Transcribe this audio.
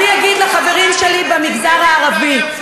אני אגיד לחברים שלי במגזר הערבי,